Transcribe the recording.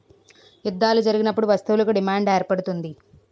యుద్ధాలు జరిగినప్పుడు వస్తువులకు డిమాండ్ ఏర్పడుతుంది